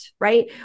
right